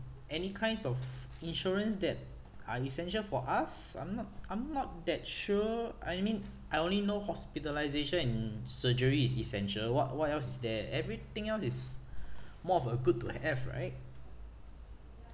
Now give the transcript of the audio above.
any kinds of insurance that are essential for us I'm not I'm not that sure I mean I only know hospitalisation and surgery is essential what what else is there everything else is more of a good to have right